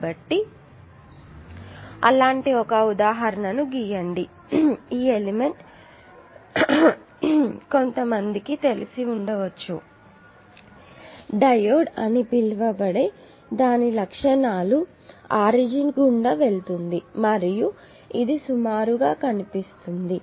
కాబట్టి అలాంటి ఒక ఉదాహరణను గీయండి ఈ ఎలిమెంట్ కొంతమందికి తెలిసి ఉండవచ్చు డయోడ్ అని పిలువబడే దాని లక్షణాలు ఆరిజిన్ గుండా వెళుతుంది మరియు ఇది సుమారుగా కనిపిస్తుంది